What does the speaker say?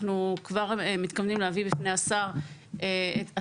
אנחנו כבר מתכוונים להביא בפני השר החדש.